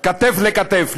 כתף אל כתף,